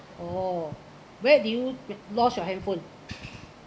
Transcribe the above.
oh where do you lost your handphone